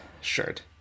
shirt